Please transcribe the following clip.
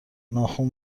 ناخن